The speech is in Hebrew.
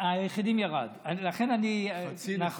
היחידים ירד, נכון.